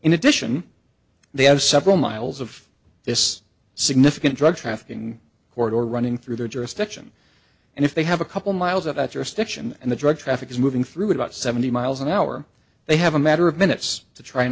in addition they have several miles of this significant drug trafficking corridor running through their jurisdiction and if they have a couple miles of at your stiction and the drug traffic is moving through about seventy miles an hour they have a matter of minutes to tr